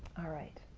alright,